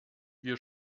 wir